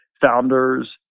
founders